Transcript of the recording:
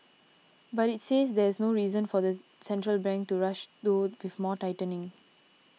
but it says there's no reason for the central bank to rush though with more tightening